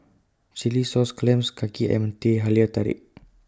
Chilli Sauce Clams Kaki Ayam Teh Halia Tarik